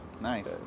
Nice